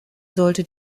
sollte